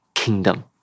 Kingdom